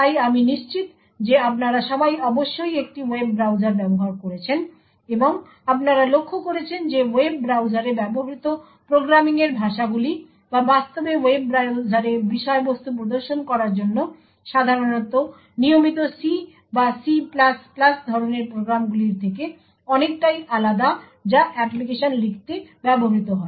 তাই আমি নিশ্চিত যে আপনারা সবাই অবশ্যই একটি ওয়েব ব্রাউজার ব্যবহার করেছেন এবং আপনারা লক্ষ্য করেছেন যে ওয়েব ব্রাউজারে ব্যবহৃত প্রোগ্রামিং এর ভাষাগুলি বা বাস্তবে ওয়েব ব্রাউজারে বিষয়বস্তু প্রদর্শন করার জন্য সাধারণত নিয়মিত C বা C ধরনের প্রোগ্রামগুলির থেকে অনেকটাই আলাদা যা অ্যাপ্লিকেশন লিখতে ব্যবহৃত হয়